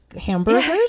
hamburgers